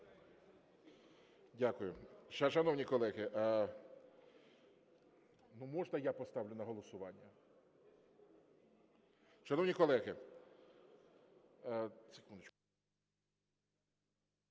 Дякую. Шановні колеги, можна я поставлю на голосування? Шановні колеги... Секундочку.